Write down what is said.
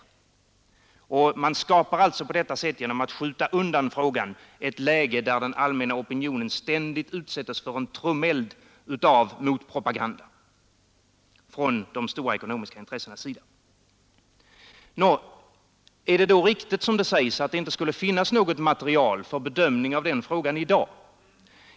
Man skapar alltså på detta sätt, genom att skjuta undan frågan, ett läge där den allmänna opinionen ständigt utsätts för en trumeld av motpropaganda från de stora ekonomiska intressenas sida. Är det då riktigt, som man säger, att det inte skulle finnas något material för bedömning av denna fråga i dag?